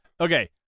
Okay